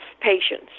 patience